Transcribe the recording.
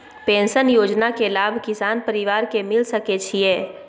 Pension योजना के लाभ किसान परिवार के मिल सके छिए?